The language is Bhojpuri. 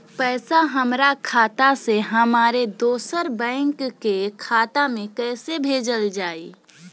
पैसा हमरा खाता से हमारे दोसर बैंक के खाता मे कैसे भेजल जायी?